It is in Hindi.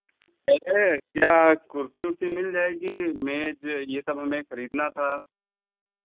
कैसे क्या कुर्सी उर्सी मिल जाएगी मेज़ यह सब हमें खरीदना था